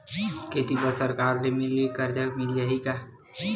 खेती बर सरकार ले मिल कर्जा मिल जाहि का?